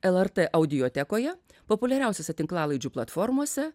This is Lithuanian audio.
lrt audiotekoje populiariausiose tinklalaidžių platformose